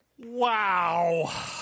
Wow